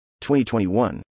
2021